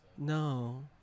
No